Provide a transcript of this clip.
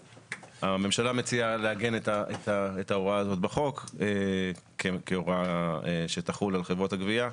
הממשלה מציעה לעגן את ההוראה הזאת בחוק כהוראה שתחול על חברות הגבייה.